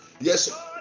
yes